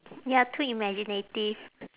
you are too imaginative